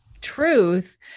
truth